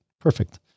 perfect